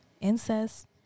incest